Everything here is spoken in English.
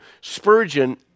Spurgeon